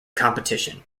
competition